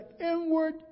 inward